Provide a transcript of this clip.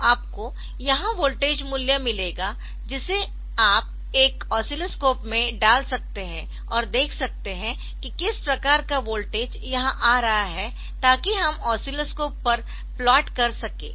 तो आपको यहां वोल्टेज मूल्य मिलेगा जिसे आप एक ओसिलोस्कोप में डाल सकते है और देख सकते है कि किस प्रकार का वोल्टेज यहां आ रहा है ताकि हम ओसिलोस्कोप पर प्लॉट कर सकें